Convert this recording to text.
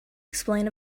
explain